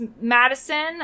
Madison